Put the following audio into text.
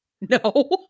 No